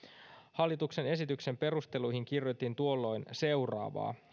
hallituksen esityksen perusteluihin kirjoitettiin tuolloin seuraavaa